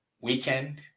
weekend